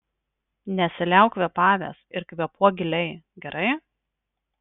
nesiliauk kvėpavęs ir kvėpuok giliai gerai